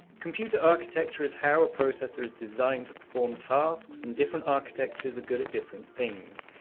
computer architecture is how a processor is designed to perform tasks and different architectures are good at different things.